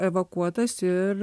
evakuotas ir